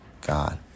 God